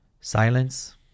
Silence